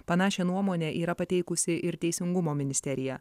panašią nuomonę yra pateikusi ir teisingumo ministerija